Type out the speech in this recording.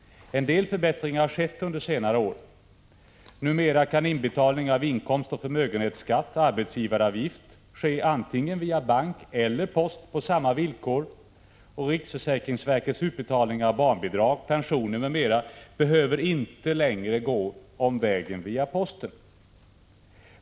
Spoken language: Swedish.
En del förbättringar har skett under senare år. Numera kan inbetalning av inkomstoch förmögenhetsskatt samt av arbetsgivaravgift ske antingen via bank eller post på samma villkor, och riksförsäkringsverkets utbetalningar av barnbidrag, pensioner m.m. behöver inte längre gå omvägen via posten.